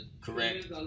correct